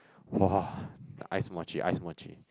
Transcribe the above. !wah! the ice muachee ice muachee